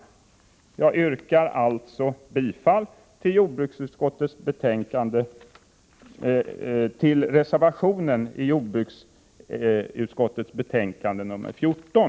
Jag yrkar alltså bifall till reservationen vid jordbruksutskottets betänkande nr 14.